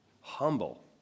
Humble